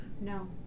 No